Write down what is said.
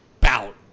bout